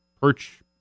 perch